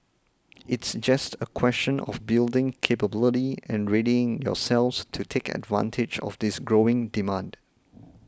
it's just a question of building capability and readying yourselves to take advantage of this growing demand